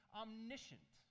omniscient